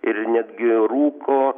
ir netgi rūko